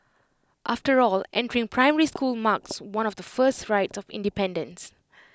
after all entering primary school marks one of the first rites of independence